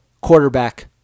Quarterback